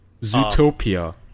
Zootopia